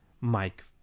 Mike